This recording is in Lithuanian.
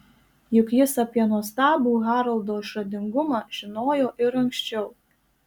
juk jis apie nuostabų haroldo išradingumą žinojo ir anksčiau